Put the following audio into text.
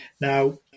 Now